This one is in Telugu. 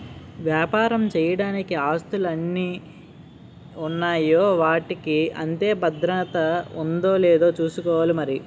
వ్యాపారం చెయ్యడానికి ఆస్తులు ఎన్ని ఉన్నాయో వాటికి అంతే భద్రత ఉందో లేదో చూసుకోవాలి మరి